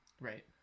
Right